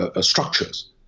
structures